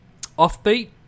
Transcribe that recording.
offbeat